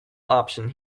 option